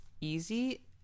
easy